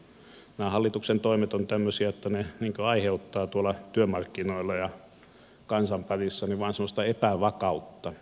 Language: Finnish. nämä hallituksen toimet ovat tämmöisiä että ne aiheuttavat tuolla työmarkkinoilla ja kansan parissa vain epävakautta